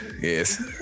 Yes